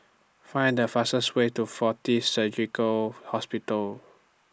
Find The fastest Way to Fortis Surgical Hospital